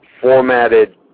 formatted